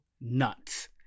nuts